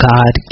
God